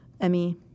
Emmy